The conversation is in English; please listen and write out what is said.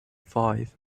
five